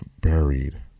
buried